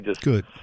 Good